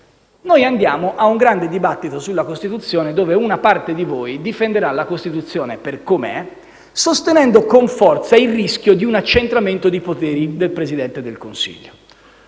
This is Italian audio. andremo ad un grande dibattito sulla Costituzione dove una parte di voi difenderà la Costituzione per com'è, sostenendo con forza il rischio di un accentramento di poteri nel Presidente del Consiglio.